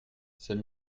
c’est